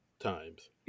times